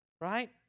Right